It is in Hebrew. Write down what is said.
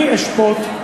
אני אשפוט.